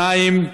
שנית,